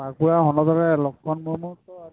ᱵᱟᱸᱠᱩᱲᱟ ᱦᱚᱱᱚᱛ ᱨᱮ ᱞᱚᱠᱷᱚᱱ ᱢᱩᱨᱢᱩ ᱫᱚ